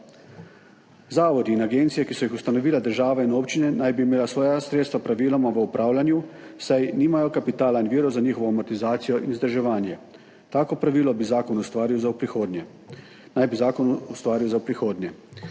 Zavodi in agencije, ki so jih ustanovile država, in občine naj bi imele svoja sredstva praviloma v upravljanju, saj nimajo kapitala in virov za njihovo amortizacijo in vzdrževanje. Tako pravilo bi zakon ustvaril za v prihodnje.